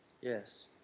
Yes